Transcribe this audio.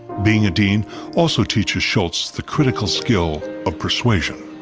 being a dean also teaches shultz the critical skill of persuasion.